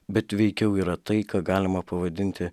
bet veikiau yra tai ką galima pavadinti